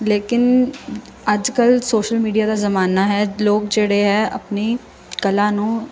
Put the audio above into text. ਲੇਕਿਨ ਅੱਜ ਕੱਲ੍ਹ ਸੋਸ਼ਲ ਮੀਡੀਆ ਦਾ ਜ਼ਮਾਨਾ ਹੈ ਲੋਕ ਜਿਹੜੇ ਹੈ ਆਪਣੀ ਕਲਾ ਨੂੰ